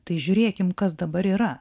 tai žiūrėkim kas dabar yra